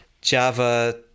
java